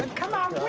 and come on,